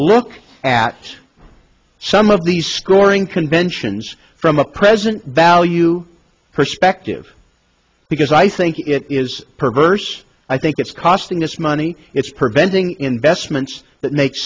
look at some of these scoring conventions from a present value perspective because i think it is perverse i think it's costing us money it's preventing investments that make